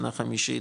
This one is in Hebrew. שנה חמישית,